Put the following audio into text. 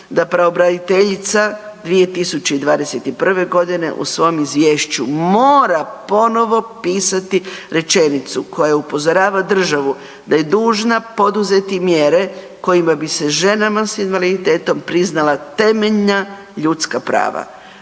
da pravobraniteljica 2021. godine u svom izvješću mora ponovo pisati rečenicu koja upozorava državu da je dužna poduzeti mjere kojima bi se ženama s invaliditetom priznala temeljna ljudska prava.